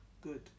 good